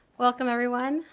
welcome everyone,